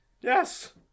yes